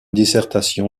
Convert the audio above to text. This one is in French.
dissertation